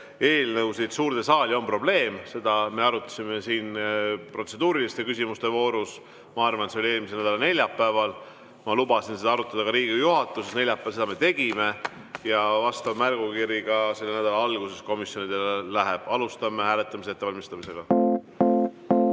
eelnõusid suurde saali, on tõesti probleem. Seda me arutasime siin protseduuriliste küsimuste voorus, ma arvan, eelmise nädala neljapäeval. Ma lubasin seda arutada ka Riigikogu juhatuses. Neljapäeval me seda tegime ja märgukiri selle nädala alguses komisjonidele läheb. Alustame hääletamise ettevalmistamist.